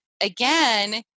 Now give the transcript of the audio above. again